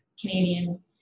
Canadian